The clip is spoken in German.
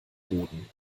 boden